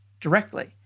directly